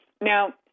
Now